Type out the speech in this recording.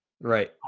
Right